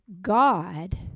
God